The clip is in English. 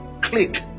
click